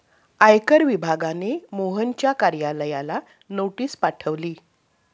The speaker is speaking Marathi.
आयकर विभागाने मोहनच्या कार्यालयाला नोटीस पाठवली